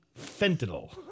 fentanyl